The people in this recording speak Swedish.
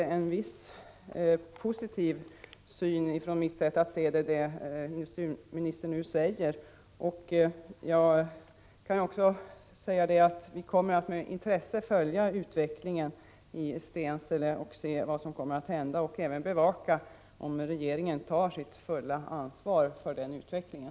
Det som industriministern senast anförde visar ändå på en något mer positiv syn. Vi kommer nu med intresse att följa vad som händer i Stensele, och vi kommer även att bevaka om regeringen tar sitt fulla ansvar för utvecklingen.